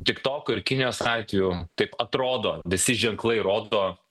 tiktoko ir kinijos atveju taip atrodo visi ženklai rodo